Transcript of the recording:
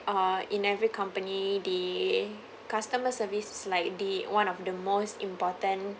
uh in every company the customer service is like the one of the most important